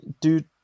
Dude